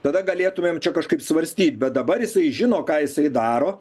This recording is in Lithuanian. tada galėtumėm čia kažkaip svarstyt bet dabar jisai žino ką jisai daro